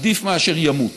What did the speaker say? עדיף מאשר ימות.